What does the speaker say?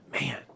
man